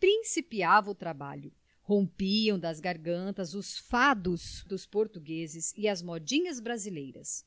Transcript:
principiava o trabalho rompiam das gargantas os fados portugueses e as modinhas brasileiras